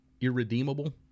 Irredeemable